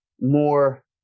more